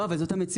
אבל זו המציאות.